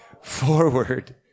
forward